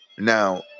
Now